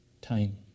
time